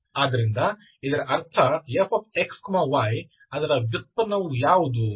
ಆದ್ದರಿಂದ ಇದರ ಅರ್ಥ Fxy ಅದರ ವ್ಯುತ್ಪನ್ನವು ಯಾವುದು